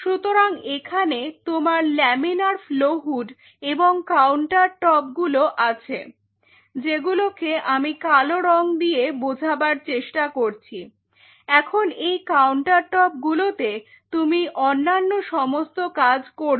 সুতরাং এখানে তোমার লামিনার ফ্লো হুড এবং কাউন্টারটপ গুলো আছে যেগুলোকে আমি কালো রং দিয়ে বোঝাবার চেষ্টা করছি এখন এই কাউন্টারটপ গুলোতে তুমি অন্যান্য সমস্ত কাজ করবে